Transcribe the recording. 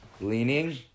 leaning